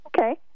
Okay